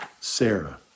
Sarah